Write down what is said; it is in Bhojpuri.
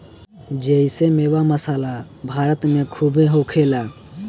जेइसे मेवा, मसाला भारत मे खूबे होखेला